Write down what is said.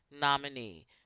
nominee